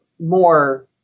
more